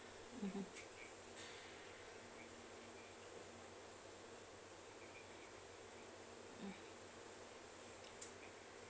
mmhmm